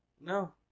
No